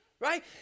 right